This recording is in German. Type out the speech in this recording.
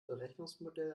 berechnungsmodell